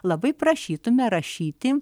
labai prašytume rašyti